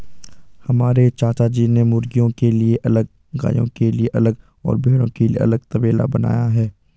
हमारे चाचाजी ने मुर्गियों के लिए अलग गायों के लिए अलग और भेड़ों के लिए अलग तबेला बनाया है